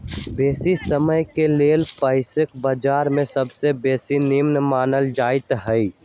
बेशी समयके लेल पइसाके बजार में सबसे बेशी निम्मन मानल जाइत हइ